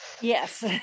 Yes